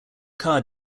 car